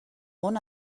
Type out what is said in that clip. món